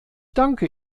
danke